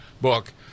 book